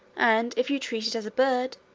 and if you treat it as a bird,